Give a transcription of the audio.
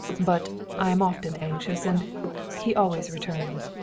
but i am often anxious and he always returns.